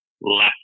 less